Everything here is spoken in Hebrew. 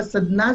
בסדנה,